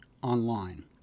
Online